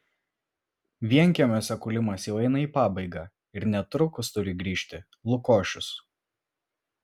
vienkiemiuose kūlimas jau eina į pabaigą ir netrukus turi grįžti lukošius